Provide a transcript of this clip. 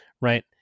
right